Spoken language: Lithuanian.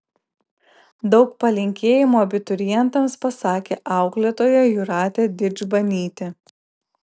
daug palinkėjimų abiturientams pasakė auklėtoja jūratė didžbanytė